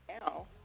now